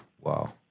Wow